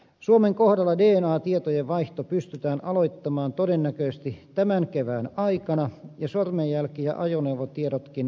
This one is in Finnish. suomen kohdalla dna tietojen vaihto pystytään aloittamaan todennäköisesti tämän kevään aikana ja sormenjälki ja ajoneuvotietojenkin vaihto lähivuosina